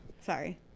Sorry